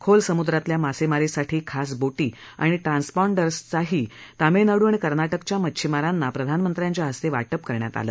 खोल सम्द्रातल्या मासेमारीसाठी खास बोटी आणि ट्रान्सपाँडर्सचही तामिळनाडू आणि कर्नाटकच्या मच्छिमारांना प्रधानमंत्र्यांच्या हस्ते वाटप करण्यात आलं